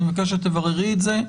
אני מבקש שתבררי את זה.